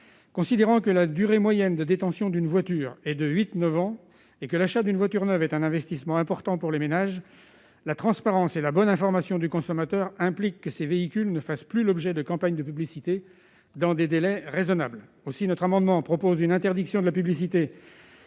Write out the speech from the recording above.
Considérant que la durée moyenne de détention d'une voiture est de huit ans ou neuf ans et que l'achat d'une voiture neuve est un investissement important pour les ménages, la transparence et la bonne information du consommateur impliquent que ces véhicules ne fassent plus l'objet de campagnes de publicité dans des délais raisonnables. Aussi, au travers de cet amendement, nous proposons une interdiction de la publicité